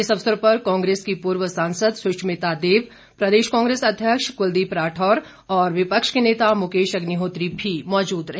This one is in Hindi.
इस अवसर पर कांग्रेस की पूर्व सांसद सुषमिता देव प्रदेश कांग्रेस अध्यक्ष कुलदीप राठौर और विपक्ष के नेता मुकेश अग्निहोत्री भी मौजूद रहे